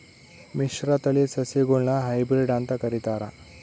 ಮಿಶ್ರತಳಿ ಸಸಿಗುಳ್ನ ಹೈಬ್ರಿಡ್ ಅಂತ ಕರಿತಾರ